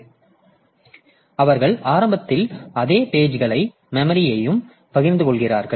எனவே அவர்கள் ஆரம்பத்தில் அதே பேஜ்கலையும் மெமரியையும் பகிர்ந்து கொள்கிறார்கள்